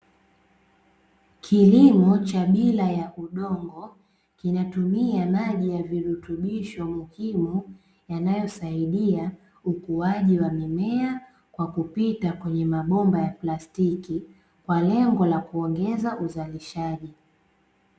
Kilimo cha bila ya udongo kinatumia maji ya virutubisho muhimu yanayosaidia ukuaji wa mimea kwa kupita kwenye mabomba ya plastiki kwa lengo la kuongeza uzalishaji.